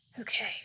okay